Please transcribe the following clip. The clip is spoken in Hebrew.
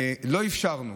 אנחנו לא אפשרנו,